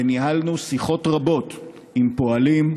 וניהלנו שיחות רבות עם פועלים,